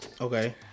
Okay